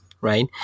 Right